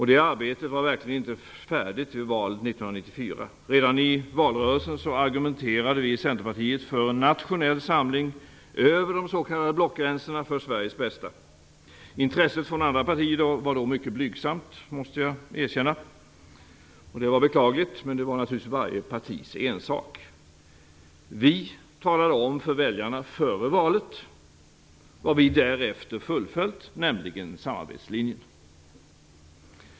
Det arbetet var verkligen inte färdigt vid valet år 1994. Redan i valrörelsen argumenterade vi i Centerpartiet för en nationell samling över de s.k. blockgränserna för Sveriges bästa. Intresset från andra partier var då mycket blygsamt, måste jag erkänna, och det var beklagligt. Men det var naturligtvis varje partis ensak. Vi talade om för väljarna före valet vad vi därefter fullföljt, nämligen samarbetslinjen.